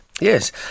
Yes